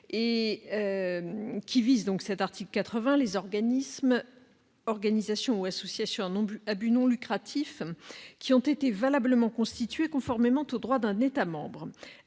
qui vise les organismes, organisations ou associations à but non lucratif ayant été valablement constitués conformément au droit d'un État membre.